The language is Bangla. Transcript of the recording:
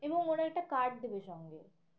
এবং ওরা একটা কার্ড দেবে সঙ্গে